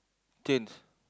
change